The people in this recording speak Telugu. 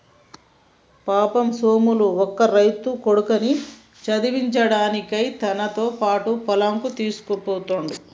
పాపం సోములు బక్క రైతు కొడుకుని చదివించలేక తనతో పొలం తోల్కపోతుండు